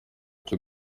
cyo